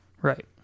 right